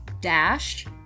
dash